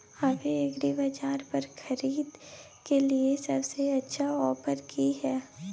अभी एग्रीबाजार पर खरीदय के लिये सबसे अच्छा ऑफर की हय?